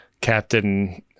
Captain